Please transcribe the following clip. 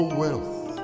wealth